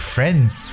Friends